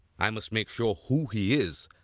i must make sure who he is,